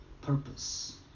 purpose